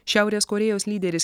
šiaurės korėjos lyderis